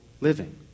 living